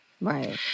Right